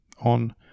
on